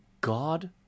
God